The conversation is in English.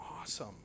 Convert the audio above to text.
awesome